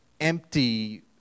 empty